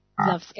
love